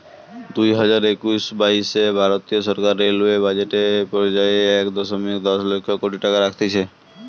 দুইহাজার একুশ বাইশে ভারতীয় সরকার রেলওয়ে বাজেট এ পর্যায়ে এক দশমিক দশ লক্ষ কোটি টাকা রাখতিছে